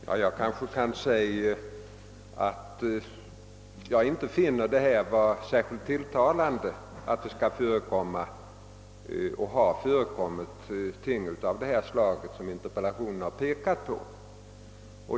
Herr talman! Jag kan säga att jag finner det otillfredsställande att sådana händelser, som interpellanten har pekat på, har förekommit och förekommer.